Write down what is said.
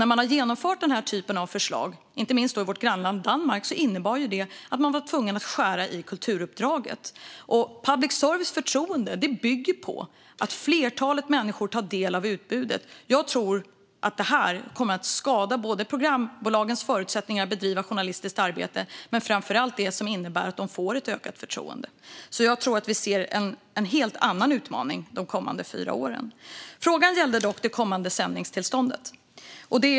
När man har genomfört förslag som detta, inte minst i vårt grannland Danmark, har det inneburit att man har varit tvungen att skära i kulturuppdraget. Public services förtroende bygger på att flertalet människor tar del av utbudet. Jag tror att förslaget kommer att skada både programbolagens förutsättningar att bedriva journalistiskt arbete och det som innebär att de får ett ökat förtroende. Jag tror att vi ser en helt annan utmaning under de kommande fyra åren. Frågan gällde dock det kommande sändningstillståndet.